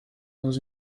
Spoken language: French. dans